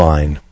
Line